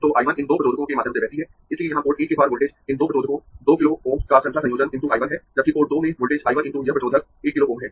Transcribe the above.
तो I 1 इन दो प्रतिरोधकों के माध्यम से बहती है इसलिए यहाँ पोर्ट 1 के पार वोल्टेज इन दो प्रतिरोधकों 2 किलो Ωs का श्रृंखला संयोजन × I 1 है जबकि पोर्ट 2 में वोल्टेज I 1 × यह प्रतिरोधक 1 किलो Ω है